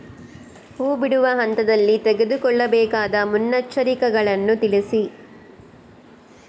ಹೂ ಬಿಡುವ ಹಂತದಲ್ಲಿ ತೆಗೆದುಕೊಳ್ಳಬೇಕಾದ ಮುನ್ನೆಚ್ಚರಿಕೆಗಳನ್ನು ತಿಳಿಸಿ?